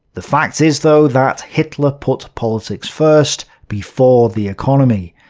the fact is though that hitler put politics first, before the economy,